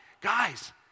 Guys